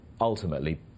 ultimately